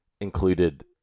included